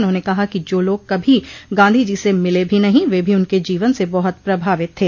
उन्होंने कहा कि जो लोग कभी गांधीजी से मिले भी नहीं वे भी उनके जीवन से बहुत प्रभावित थे